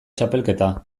txapelketa